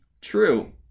True